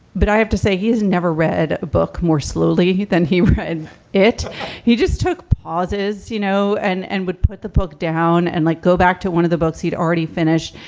but i have to say he's never read a book more slowly than he read it he just took pauses, you know, and and would put the book down and like go back to one of the books he'd already finished.